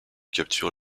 capturent